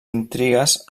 intrigues